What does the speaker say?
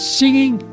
singing